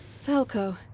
Falco